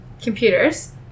computers